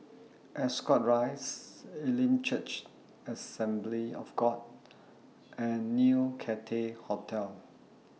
Ascot Rise Elim Church Assembly of God and New Cathay Hotel